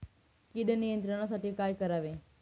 कीड नियंत्रणासाठी काय करावे?